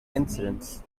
incidents